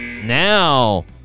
Now